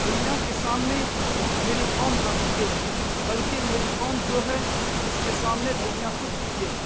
دنیا کے سامنے میری قوم نہ جھکے بلکہ میری قوم جو ہے اس کے سامنے دنیا خود جھکے